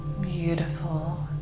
Beautiful